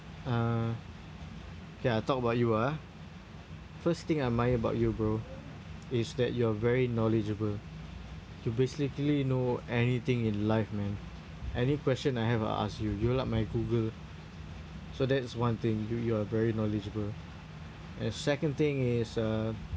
uh ya talk about you ah first thing I admire about you bro is that you are very knowledgeable you basically know anything in life man any question I have I'll ask you you're like my Google so that's one thing you you are very knowledgeable and second thing is uh